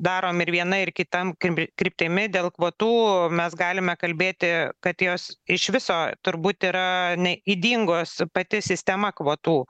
darom ir viena ir kitam kmi kryptimi dėl kvotų mes galime kalbėti kad jos iš viso turbūt yra ne ydingos pati sistema kvotų